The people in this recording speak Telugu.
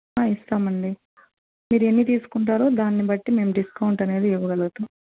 ఇస్తామండి మీరు ఎన్ని తీసుకుంటారో దాన్నిబట్టి మేం డిస్కౌంట్ అనేది ఇవ్వగలుగుతాం